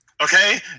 Okay